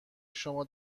شما